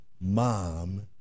mom